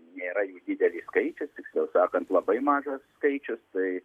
nėra jų didelis skaičius tiksliau sakant labai mažas skaičius tai